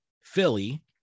Philly